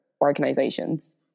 organizations